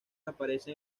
aparece